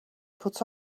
put